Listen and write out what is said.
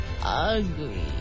ugly